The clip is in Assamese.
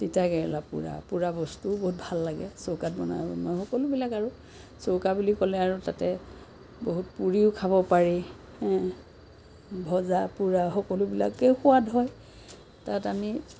তিতাকেৰেলা পোৰা পোৰা বস্তুও বহুত ভাল লাগে চৌকাত বনালে সকলোবিলাক আৰু চৌকা বুলি ক'লে আৰু তাতে বহুত পুৰিও খাব পাৰি ভজা পোৰা সকলোবিলাকেই সোৱাদ হয় তাত আমি